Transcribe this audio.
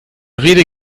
rede